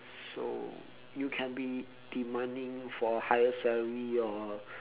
so you can be demanding for higher salary or